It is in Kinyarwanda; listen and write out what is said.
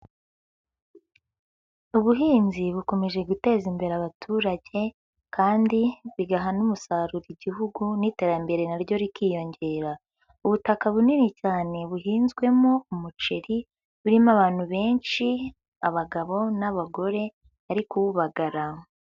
Ubuhinzi bukomeje guteza imbere abaturage kandi bigaha n'umusaruro igihugu n'iterambere na ryo rikiyongera. Ubutaka bunini cyane buhinzwemo umuceri burimo abantu benshi: abagabo n'abagore bari kuwubagara.